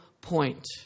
point